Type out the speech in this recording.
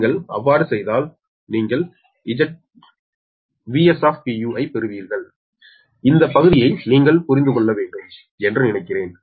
நீங்கள் அவ்வாறு செய்தால் நீங்கள் Vs ஐப் பெறுவீர்கள் இந்த பகுதியை நீங்கள் புரிந்து கொள்ள முடியும் என்று நினைக்கிறேன்